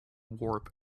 warp